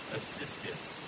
assistance